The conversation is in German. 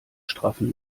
straffen